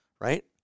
right